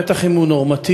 בטח אם הוא נורמטיבי,